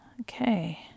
Okay